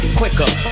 quicker